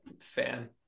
fan